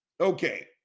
okay